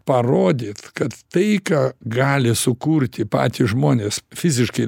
parodyt kad tai ką gali sukurti patys žmonės fiziškai